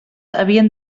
havien